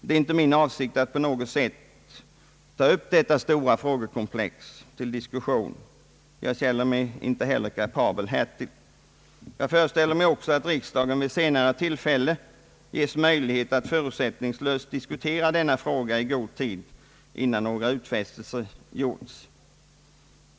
Det är inte min avsikt att på något sätt ta upp detta stora frågekomplex till diskussion — jag känner mig inte heller kapabel att göra det. Jag föreställer mig dessutom att riksdagen senare får möjlighet att diskutera denna fråga i god tid innan några utfästelser görs.